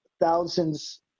thousands